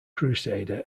crusader